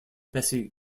bessie